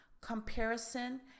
comparison